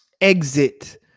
exit